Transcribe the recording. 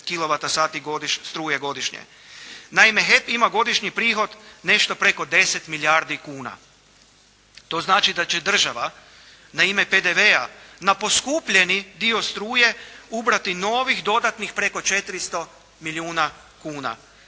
Naime, HEP ima godišnji prihod nešto preko 10 milijardi kuna. To znači da će država na ime PDV-a na poskupljeni dio struje ubrati novih dodatnih preko 400 milijuna kuna.